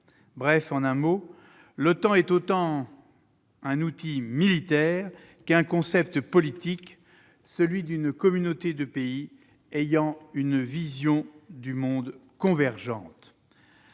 Bref, l'OTAN est autant un outil militaire qu'un concept politique, celui d'une communauté de pays ayant des visions du monde convergentes.